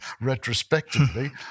retrospectively